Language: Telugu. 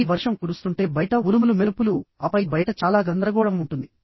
భారీ వర్షం కురుస్తుంటే బయట ఉరుములు మెరుపులుఆపై బయట చాలా గందరగోళం ఉంటుంది